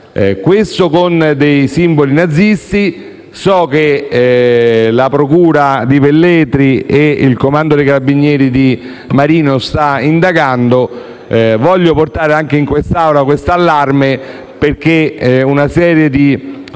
reca anche dei simboli nazisti. So che la procura di Velletri e il comando dei carabinieri di Marino stanno indagando. Voglio portare anche in quest'Aula questo allarme perché una serie di